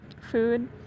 Food